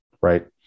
Right